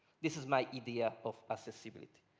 this is my idea of accessibility.